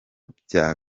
bya